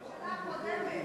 זה גם הממשלה הקודמת.